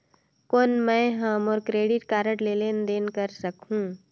कौन मैं ह मोर क्रेडिट कारड ले लेनदेन कर सकहुं?